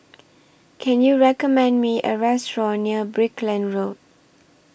Can YOU recommend Me A Restaurant near Brickland Road